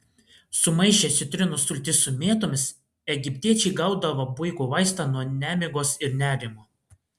sumaišę citrinos sultis su mėtomis egiptiečiai gaudavo puikų vaistą nuo nemigos ir nerimo